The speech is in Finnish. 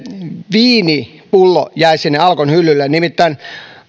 viinipullo jäi sinne alkon hyllylle nimittäin